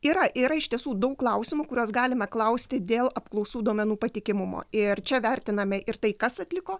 yra yra iš tiesų daug klausimų kuriuos galime klausti dėl apklausų duomenų patikimumo ir čia vertiname ir tai kas atliko